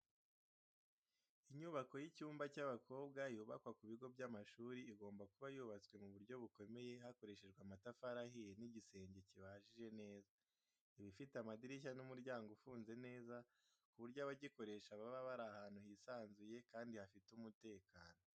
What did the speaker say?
Inyubako y'icyumba cy’abakobwa yubakwa ku bigo by'amashuri, igomba kuba yubatswe mu buryo bukomeye hakoreshejwe amatafari ahiye n’igisenge kibajije neza. Iba ifite amadirishya n’umuryango ufunze neza, ku buryo abagikoresha baba bari ahantu hisanzuye kandi hafite umutekano.